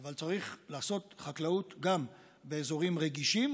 אבל צריך לעשות חקלאות גם באזורים רגישים,